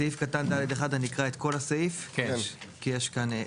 בסעיף קטן (ד1) אני אקרא את כל הסעיף, כי יש כאן.